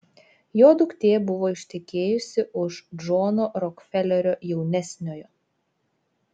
jo duktė buvo ištekėjusi už džono rokfelerio jaunesniojo